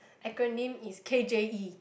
acronym is K_J_E